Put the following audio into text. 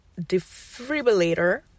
defibrillator